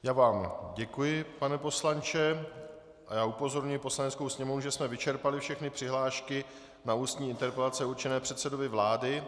Já vám děkuji, pane poslanče, a upozorňuji Poslaneckou sněmovnu, že jsme vyčerpali všechny přihlášky na ústní interpelace určené předsedovi vlády.